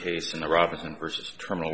case in the robinson versus terminal